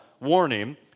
warning